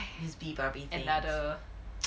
miss B barbie thing